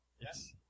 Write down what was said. Yes